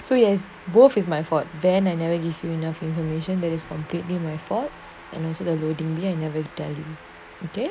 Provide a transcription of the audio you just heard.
so you as both is my fault van and never give you enough information that is completely my fault and also the loading I never inevitably